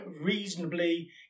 reasonably